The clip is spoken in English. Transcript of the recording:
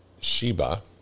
Sheba